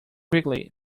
quickly